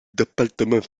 département